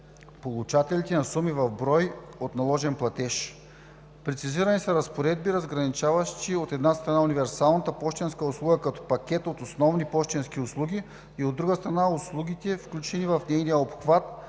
получателите на суми в брой от наложен платеж.